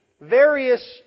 various